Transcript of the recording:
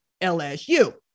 LSU